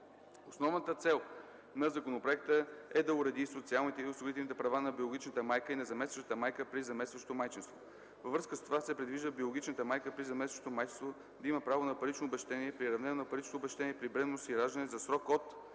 Основната цел на законопроекта е да уреди социалните и осигурителните права на биологичната майка и на заместващата майка при заместващо майчинство. Във връзка с това се предвижда биологичната майка при заместващо майчинство да има право на парично обезщетение, приравнено на паричното обезщетение при бременност и раждане за срок от